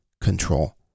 control